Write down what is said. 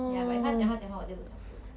ya but if 他讲话讲话我就不想煮 lor